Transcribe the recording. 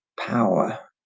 power